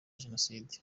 genocide